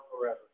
forever